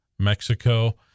Mexico